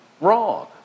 wrong